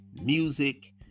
music